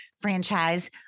franchise